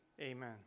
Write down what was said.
amen